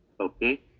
Okay